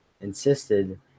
insisted